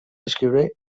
descriure